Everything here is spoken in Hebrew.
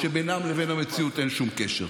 שבינן לבין המציאות אין שום קשר.